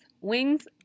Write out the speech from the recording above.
Wings